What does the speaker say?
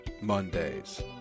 Mondays